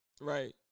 right